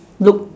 look